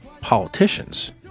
politicians